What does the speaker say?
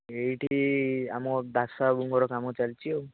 ଏଇଠି ଆମ ଦାସ ବାବୁଙ୍କର କାମ ଚାଲିଛି ଆଉ